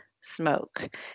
smoke